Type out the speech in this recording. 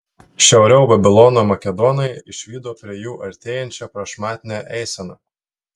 šiauriau babilono makedonai išvydo prie jų artėjančią prašmatnią eiseną